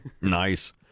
Nice